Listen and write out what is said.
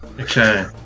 Okay